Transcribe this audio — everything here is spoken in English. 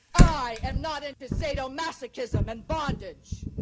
i am not into sadomasochism and bondage.